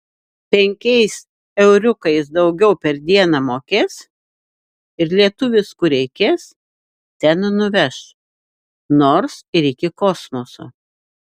penkiais euriukais daugiau per dieną mokės ir lietuvis kur reikės ten nuveš nors ir iki kosmoso